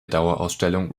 dauerausstellung